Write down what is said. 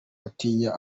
atinya